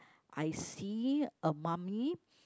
I see a mummy